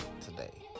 today